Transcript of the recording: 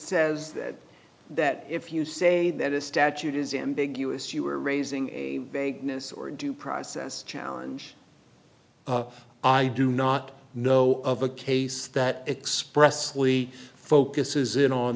says that if you say that a statute is ambiguous you are raising a vagueness or due process challenge i do not know of a case that expressly focuses in on